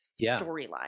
storyline